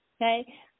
Okay